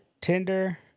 Tinder